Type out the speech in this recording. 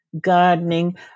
gardening